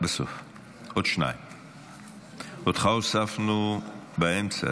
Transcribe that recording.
אדוני היושב בראש, כנסת